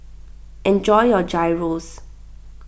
enjoy your Gyros